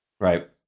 Right